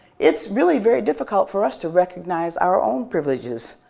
it's really very difficult for us to recognize our own privileges,